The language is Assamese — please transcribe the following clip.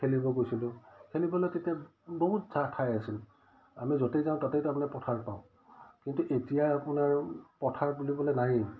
খেলিব গৈছিলোঁ খেলিবলৈ তেতিয়া বহুত জা ঠাই আছিল আমি য'তে যাওঁ তাতে তাৰমানে পথাৰ পাওঁ কিন্তু এতিয়া আপোনাৰ পথাৰ বুলিবলৈ নায়েই